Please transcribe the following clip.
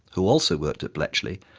who also worked at bletchley,